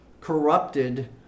corrupted